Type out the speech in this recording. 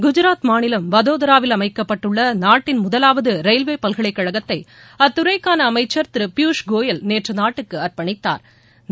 குஜராத் மாநிலம் வதோதராவில் அமைக்கப்பட்டுள்ள நாட்டின் முதலாவது ரயில்வே பல்கலைக்கழகத்தை அத்துறைக்கான அமைச்சா் திரு பியூஷ் கோயல் நேற்று நாட்டிற்கு அர்ப்பணித்தாா்